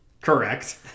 Correct